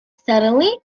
suddenly